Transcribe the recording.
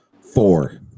Four